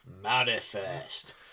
Manifest